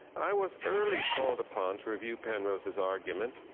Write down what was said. i was early called upon to review penrose's argument.